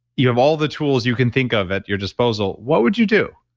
you have all the tools you can think of at your disposal. what would you do?